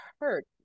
hurt